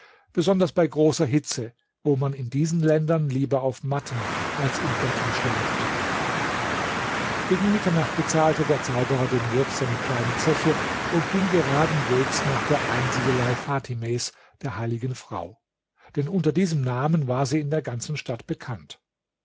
besonders bei großer hitze wo man in diesen ländern lieber auf matten als in betten schläft gegen mitternacht bezahlte der zauberer dem wirt seine kleine zeche und ging geraden wegs nach der einsiedelei fatimes der heiligen frau denn unter diesem namen war sie in der ganzen stadt bekannt